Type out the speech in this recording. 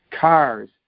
cars